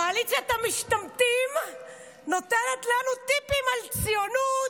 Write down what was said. קואליציית המשתמטים נותנת לנו טיפים על ציונות,